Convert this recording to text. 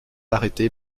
arrêté